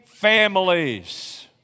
families